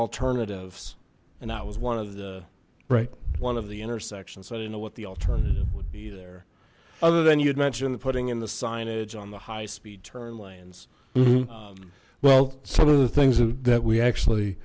alternatives and that was one of the bright one of the intersection so i didn't know what the alternative would be there other than you'd mentioned putting in the signage on the high speed turn lanes well some of the things that we actually